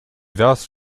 thus